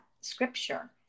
scripture